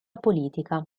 politica